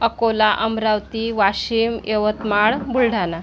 Akola Amravati Washim Yavatmal Buldhana